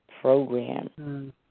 program